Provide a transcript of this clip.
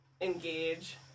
engage